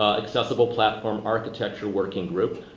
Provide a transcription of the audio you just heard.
accessible platform architecture working group,